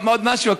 עוד משהו?